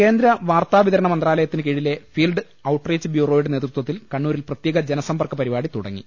കേന്ദ്ര വാർത്താ വിതരണ മന്ത്രാലയത്തിന് കീഴിലെ ഫീൽഡ് ഔട്ട് റീച്ച് ബ്യൂറോയുടെ നേതൃത്വത്തിൽ കണ്ണൂരിൽ പ്രത്യേക ജ നസമ്പർക്കപരിപാടി തുടങ്ങി